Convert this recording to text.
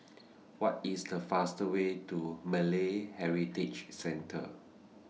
What IS The faster Way to Malay Heritage Centre